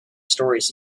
stories